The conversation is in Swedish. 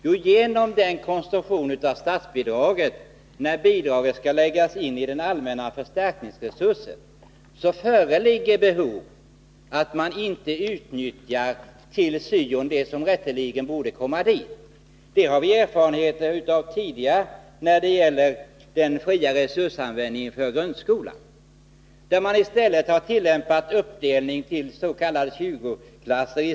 Jo, på grund av den konstruktion statsbidraget har, när bidraget skall läggas in i den allmänna förstärkningsresursen, föreligger risk att man inte tillför syon det som rätteligen borde komma till denna resurs. Det här har vi erfarenheter av tidigare när det gäller den fria resursanvändningen för grundskolan. Där har man tillämpat uppdelning till s.k. 20-klasser.